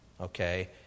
okay